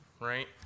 right